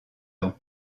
ans